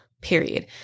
period